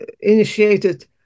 initiated